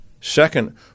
Second